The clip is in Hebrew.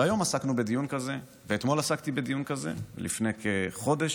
והיום עסקנו בדיון כזה ואתמול עסקנו בדיון כזה ולפני כחודש,